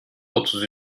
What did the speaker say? otuz